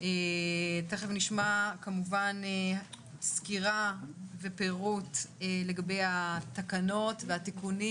נשמע כמובן סקירה ופירוט לגבי התקנות והתיקונים